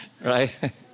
Right